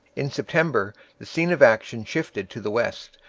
in september the scene of action shifted to the west,